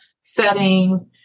setting